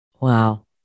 Wow